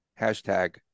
Hashtag